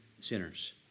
sinners